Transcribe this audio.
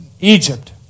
Egypt